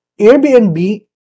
Airbnb